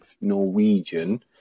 Norwegian